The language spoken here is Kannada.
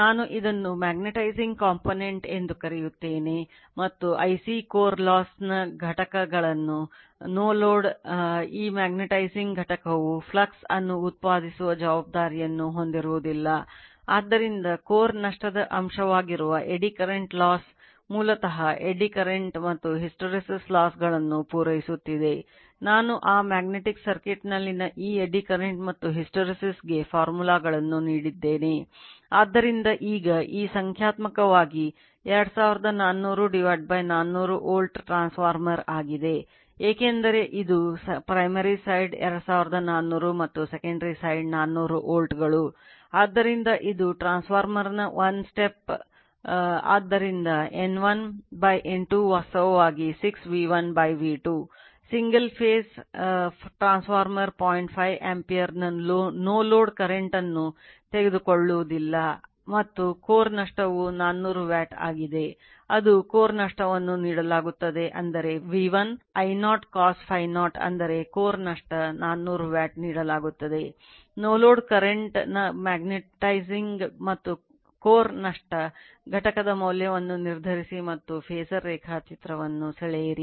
ನಾನು ಇದನ್ನು magnetizing component ಗಳನ್ನು ನೀಡಿದ್ದೇನೆ ಆದ್ದರಿಂದ ಈಗ ಈ ಸಂಖ್ಯಾತ್ಮಕವಾಗಿ 2400400 ವೋಲ್ಟ್ ಟ್ರಾನ್ಸ್ಫಾರ್ಮರ್ ಆಗಿದೆ ಏಕೆಂದರೆ ಇದು primary side ನ ಮ್ಯಾಗ್ನೆಟೈಸಿಂಗ್ ಮತ್ತು ಕೋರ್ ನಷ್ಟ ಘಟಕದ ಮೌಲ್ಯವನ್ನು ನಿರ್ಧರಿಸಿ ಮತ್ತು ಫಾಸರ್ ರೇಖಾಚಿತ್ರವನ್ನು ಸೆಳೆಯಿರಿ